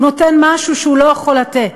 הוא נותן משהו שהוא לא יכול לתת,